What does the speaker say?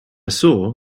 saw